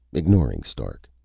ignoring stark.